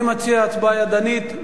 אני מציע הצבעה ידנית.